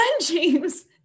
James